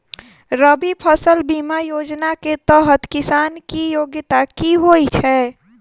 रबी फसल बीमा योजना केँ तहत किसान की योग्यता की होइ छै?